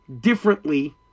differently